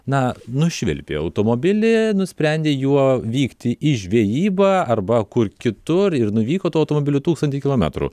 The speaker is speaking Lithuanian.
na nušvilpė automobilį nusprendė juo vykti į žvejybą arba kur kitur ir nuvyko tuo automobiliu tūkstantį kilometrų